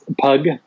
Pug